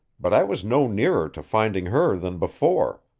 but i was no nearer to finding her than before,